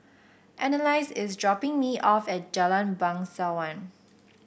Annalise is dropping me off at Jalan Bangsawan